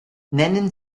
nennen